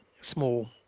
small